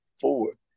forward